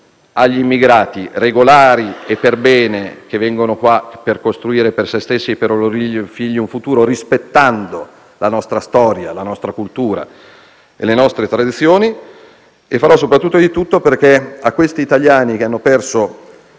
agli immigrati regolari e per bene che vengono qui per costruire per se stessi e per i loro figli un futuro, rispettando la nostra storia, la nostra cultura e le nostre tradizioni, e soprattutto farò di tutto perché a questi italiani che hanno perso